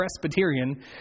Presbyterian